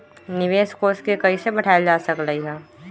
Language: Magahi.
निवेश कोष के कइसे बढ़ाएल जा सकलई ह?